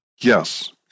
Yes